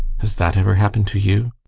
has that ever happened to you?